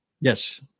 Yes